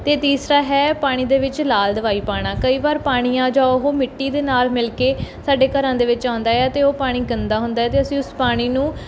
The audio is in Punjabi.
ਅਤੇ ਤੀਸਰਾ ਹੈ ਪਾਣੀ ਦੇ ਵਿੱਚ ਲਾਲ ਦਵਾਈ ਪਾਉਣਾ ਕਈ ਵਾਰ ਪਾਣੀ ਆ ਜਾਂ ਉਹ ਮਿੱਟੀ ਦੇ ਨਾਲ਼ ਮਿਲ ਕੇ ਸਾਡੇ ਘਰਾਂ ਦੇ ਵਿੱਚ ਆਉਂਦਾ ਆ ਅਤੇ ਉਹ ਪਾਣੀ ਗੰਦਾ ਹੁੰਦਾ ਅਤੇ ਅਸੀਂ ਉਸ ਪਾਣੀ ਨੂੰ